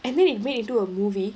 I think they made into a movie